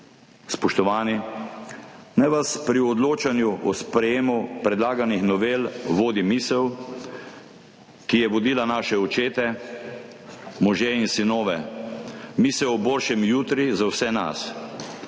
Spoštovani, naj vas pri odločanju o sprejetju predlaganih novel vodi misel, ki je vodila naše očete, može in sinove, misel o boljšem jutri za vse nas.